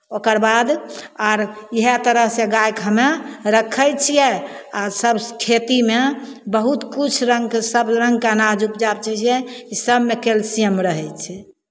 ओकर बाद आर इएह तरहसँ गायके हमे रखै छियै आ सभ खेतीमे बहुत किछु रङ्गके सभ रङ्गके अनाज उपजाबै छियै इसभमे कैल्सियम रहै छै